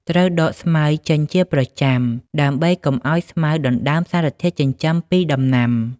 ត្រូវដកស្មៅចេញជាប្រចាំ ដើម្បីកុំឲ្យស្មៅដណ្តើមសារធាតុចិញ្ចឹមពីដំណាំ។